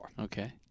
Okay